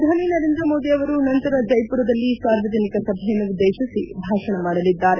ಪ್ರಧಾನಿ ನರೇಂದ್ರ ಮೋದಿ ಅವರು ನಂತರ ಜೈಮರದಲ್ಲಿ ಸಾರ್ವಜನಿಕ ಸಭೆಯನ್ನು ಉದ್ದೇಶಿಸಿ ಭಾಷಣ ಮಾಡಲಿದ್ದಾರೆ